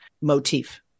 motif